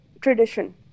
tradition